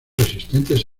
resistentes